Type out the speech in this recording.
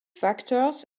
factors